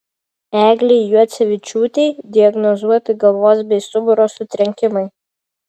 eglei juocevičiūtei diagnozuoti galvos bei stuburo sutrenkimai